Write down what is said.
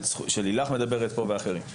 שלילך מדברת פה ואחרים,